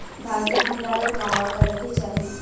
धान के भण्डारण कहवा करे के चाही?